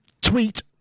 tweet